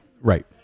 Right